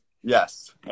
Yes